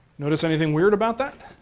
notice anything weird about that?